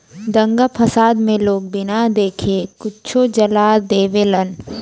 दंगा फसाद मे लोग बिना देखे कुछो जला देवेलन